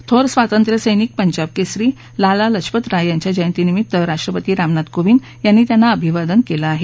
थोर स्वातंत्र्यसैनिक पंजाब केसरी लाल लजपतराज यांच्या जयंतीनिमित्त राष्ट्रपती रामनाथ कोविंद यांनी त्यांना अभिवादन केलं आहे